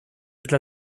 dla